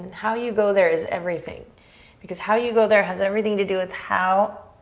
how you go there is everything because how you go there has everything to do with how,